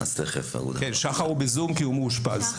עטר